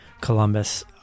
Columbus